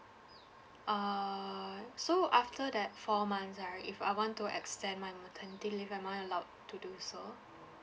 err so after that four months right if I want to extend my maternity leave am I allowed to do so